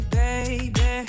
baby